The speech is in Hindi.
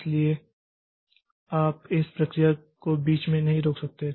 इसलिए आप इस प्रक्रिया को बीच में नहीं रोक सकते